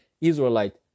israelite